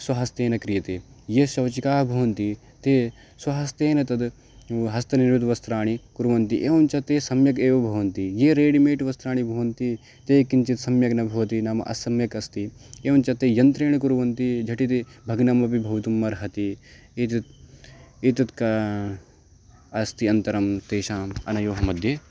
स्वहस्तेन क्रियते ये सौचिकाः भवन्ति ते स्वहस्तेन तद् वु हस्तनिर्मितवस्त्राणि कुर्वन्ति एवञ्च ते सम्यग् एव भवन्ति यानि रेडिमेड् वस्त्राणि भवन्ति तानि किञ्चिद् सम्यग् न भवति नाम असम्यक् अस्ति एवञ्च तानि यन्त्रेण कुर्वन्ति झटिति भग्नानि अपि भवितुम् अर्हन्ति एतत् एतद् किम् अस्ति यन्त्रं तेषाम् अनयोः मध्ये